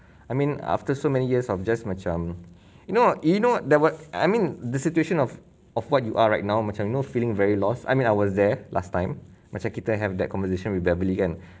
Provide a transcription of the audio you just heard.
I mean after so many years of just macam you know you know that what I mean the situation of of what you are right now macam you know feeling very lost I mean I was there last time macam kita have that conversation with beberly kan